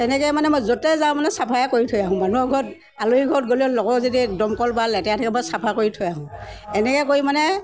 তেনেকৈ মানে মই য'তে যাওঁ মানে চাফাই কৰি থৈ আহোঁ মানুহ ঘৰত আলহী ঘৰত গ'লেও লগৰ যদি দমকল বা লেতেৰা থাকে মই চাফা কৰি থৈ আহোঁ এনেকৈ কৰি মানে